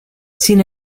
sin